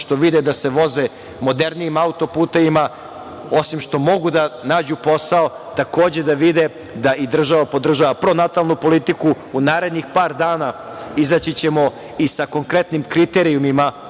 što vide da se voze modernijim autoputevima, osim što mogu da nađu posao, takođe da vide da i država podržava pronatalnu politiku. U narednih par dana ćemo izaći i sa konkretnim kriterijumima